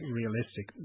realistic